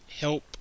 help